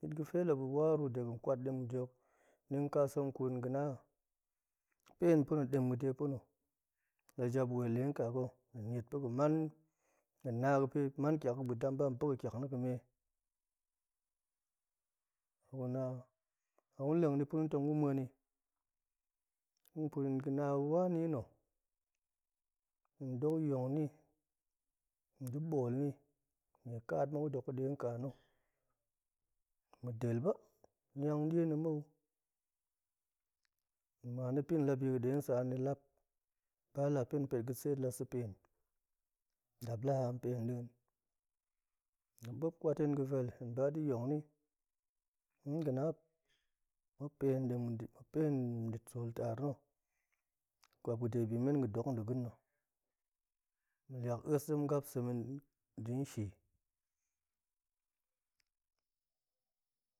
bit ga̱fe la ga̱ wa ruu de ga̱n kwat ɗem de hok, ni nƙa sek muk tong kut yin ga̱na, pen pa̱na, ɗem ga̱de pa̱na, la jap wel nɗe ƙaa ga̱, hen niet pa̱ga̱ man hen na ga̱pe-man ƙiak ga̱ ba̱ dam ba, hen pa̱ga̱ ƙiak na̱ ga̱me. guna lagun leng ni pa̱na̱ tong gu ma̱en ni, tong kuut yin guna wane nna̱, hen dok yong ni, hen da̱ ɓool ni, nye ƙaat muk ga̱ dok ga̱ɗe nka na̱, ma̱ del ba, niang ɗie na̱ mou, hen ma̱an da̱ pini la bi ga̱ ɗe nsa, ni lap, ba lap hen pet ga̱ seet la sa̱ pen, lap la haam pen nɗiin. muop mop kwat hen ga̱ vel, hen ba da̱ yong ni, hen ga̱na, muop pen ɗem da̱-pen da̱ sool taar na̱, kwap ga̱de bimen ga̱dok nda̱ ga̱n na̱, ma̱ liak a̱es ɗe ma̱ gap sem i nda̱n shi